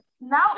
Now